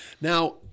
now